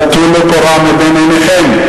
אני אומר: טלו קורה מבין עיניכם,